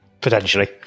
potentially